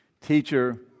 Teacher